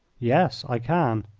yes, i can.